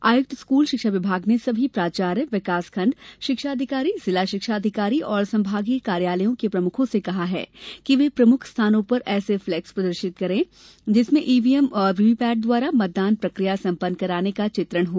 आयुक्त स्कूल शिक्षा विभाग ने सभी प्राचार्य विकासखंड शिक्षा अधिकारी जिला शिक्षा अधिकारी और संभागीय कार्यालयों के प्रमुखों से कहा वे प्रमुख स्थानों पर ऐसे फ्लेक्स प्रदर्शित करें जिसमें ईव्हीएम और व्हीव्हीपैट द्वारा मतदान प्रक्रिया सपन्न कराने का चित्रण हो